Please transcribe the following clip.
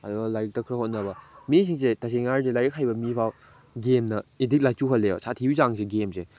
ꯑꯗꯣ ꯂꯥꯏꯔꯤꯛꯇ ꯈꯔ ꯍꯣꯠꯅꯕ ꯃꯤꯁꯤꯡꯁꯦ ꯇꯁꯦꯡꯅ ꯍꯥꯏꯔꯗꯤ ꯂꯥꯏꯔꯤꯛ ꯍꯩꯕ ꯃꯤ ꯐꯥꯎ ꯒꯦꯝꯅ ꯑꯦꯗꯤꯛ ꯂꯥꯏꯆꯨꯍꯜꯂꯦꯕ ꯁꯥꯊꯤꯕꯒꯤ ꯆꯥꯡꯁꯦ ꯒꯦꯝꯁꯦ